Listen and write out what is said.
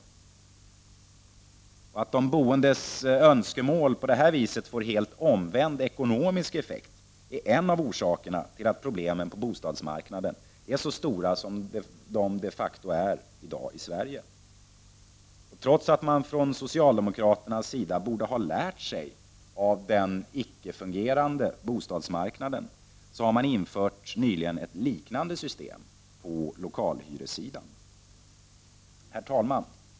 Att effekten av de boendes önskemål på det här viset blir raka motsatsen ekonomiskt är en av orsakerna till att problemen på bostadsområden är så stora som de facto är i dag i Sverige. Trots att socialdemokraterna borde ha lärt sig av den icke-fungerande bostadsmarknaden har de nyligen infört ett liknande system på lokalhyressidan. Herr talman!